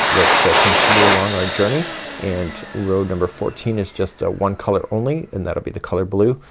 let's continue along our journey and row number fourteen is just a one color only and that'll be the color blue.